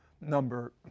number